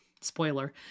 spoiler